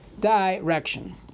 direction